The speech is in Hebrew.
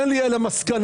אין לי אלא מסקנה,